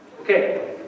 Okay